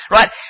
Right